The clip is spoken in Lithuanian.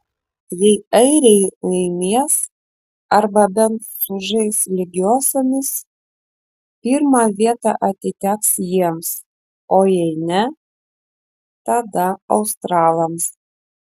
jei airiai laimės arba bent sužais lygiosiomis pirma vieta atiteks jiems jei ne tada australams